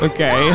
Okay